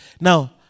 Now